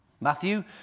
Matthew